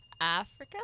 Africa